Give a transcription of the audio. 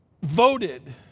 voted